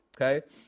Okay